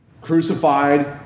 Crucified